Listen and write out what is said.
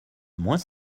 moins